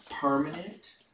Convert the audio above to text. permanent